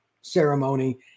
ceremony